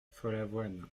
follavoine